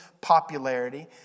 popularity